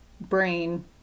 brain